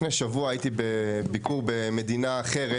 לפני שבוע הייתי בביקור במדינה אחרת,